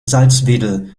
salzwedel